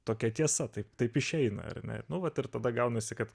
tokia tiesa taip taip išeina ar ne nu vat ir tada gaunasi kad